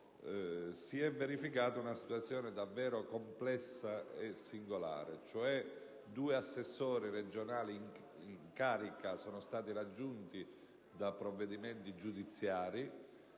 si è verificata una situazione davvero complessa e singolare: due assessori regionali in carica sono stati raggiunti da provvedimenti giudiziari.